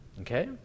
Okay